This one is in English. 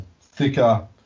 thicker